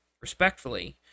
Respectfully